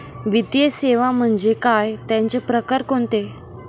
वित्तीय सेवा म्हणजे काय? त्यांचे प्रकार कोणते?